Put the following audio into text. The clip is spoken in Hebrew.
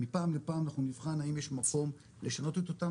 מפעם לפעם אנחנו נבחן האם יש מקום לשנות את אותם